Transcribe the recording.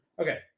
okay